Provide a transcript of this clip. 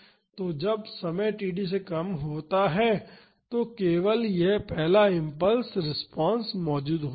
तो जब समय td से कम होता है तो केवल यह पहला इम्पल्स रिस्पांस मौजूद होता है